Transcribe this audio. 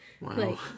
Wow